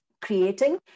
creating